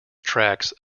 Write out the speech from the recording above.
tracks